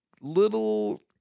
little